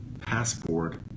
passport